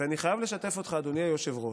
ואני חייב לשתף אותך, אדוני היושב-ראש,